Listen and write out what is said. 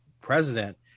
president